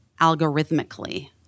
algorithmically